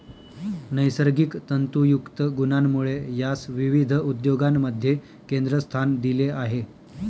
नैसर्गिक तंतुयुक्त गुणांमुळे यास विविध उद्योगांमध्ये केंद्रस्थान दिले आहे